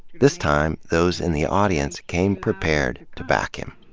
this time, those in the audience came prepared to back him.